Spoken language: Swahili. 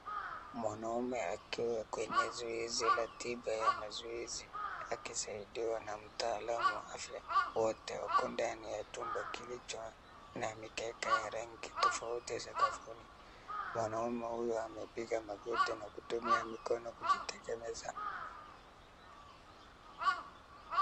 Mwanaume akiwa kwenye zoezi la tiba ya mazoezi akisaidiwa na mtaalam wa afya. Wote wako ndani ya chumba kilicho na mikeka ya rangi tofauti sakafuni. Mwanaume huyu amepiga magoti na kutumia mikono kujitengeneza.